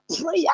prayer